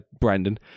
Brandon